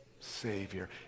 Savior